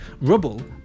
Rubble